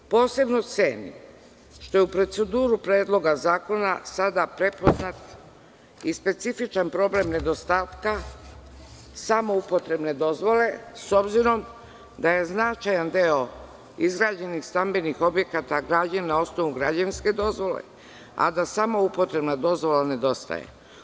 Posebno cenim što je u proceduri Predloga zakona sada prepoznat i specifičan problem nedostatka samoupotrebne dozvole, s obzirom da je značajan deo izgrađenih stambenih objekata građen na osnovu građevinske dozvole, a da samoupotrebna dozvola nedostaje.